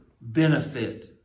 benefit